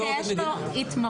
לא, הוא גוף שיש לו התמחות.